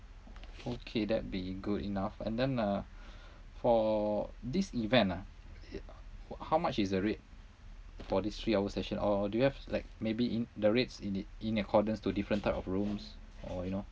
okay that would be good enough and then uh for this event ah how much is the rate for this three hour session or do you have like maybe in the rates in the in accordance to different type of rooms or you know